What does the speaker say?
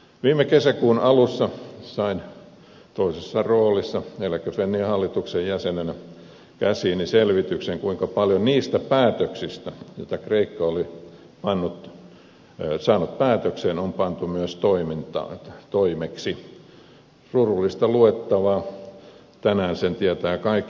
viime kesäkuun alussa sain toisessa roolissa eläke fennian hallituksen jäsenenä käsiini selvityksen siitä kuinka paljon niistä päätöksistä joita kreikka oli tehnyt on pantu myös toimeksi surullista luettavaa tänään sen tietävät kaikki